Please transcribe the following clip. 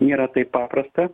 nėra taip paprasta